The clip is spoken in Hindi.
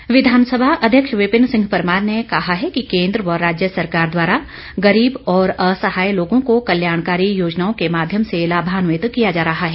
परमार विधानसभा अध्यक्ष विपिन सिंह परमार ने कहा है कि केन्द्र व राज्य सरकार द्वारा गरीब और असहाय लोगों को कल्याणकारी योजनाओं के माध्यम से लाभान्वित किया जा रहा है